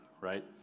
right